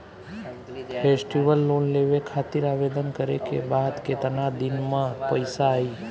Festival loan लेवे खातिर आवेदन करे क बाद केतना दिन म पइसा आई?